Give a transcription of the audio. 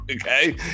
Okay